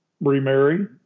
remarry